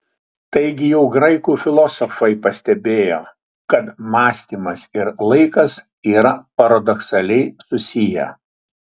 taigi jau graikų filosofai pastebėjo kad mąstymas ir laikas yra paradoksaliai susiję